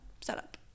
setup